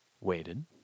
Waited